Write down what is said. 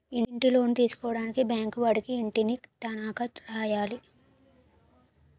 ఇంటిలోను తీసుకోవడానికి బ్యాంకు వాడికి ఇంటిని తనఖా రాయాలి